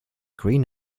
green